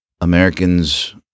Americans